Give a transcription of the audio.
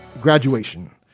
Graduation